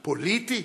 פוליטי?